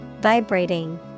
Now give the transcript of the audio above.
Vibrating